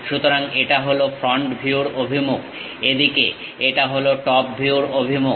সুতরাং এটা হলো ফ্রন্ট ভিউর অভিমুখ এদিকে এটা হলো টপ ভিউর অভিমুখ